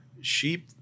sheep